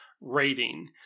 rating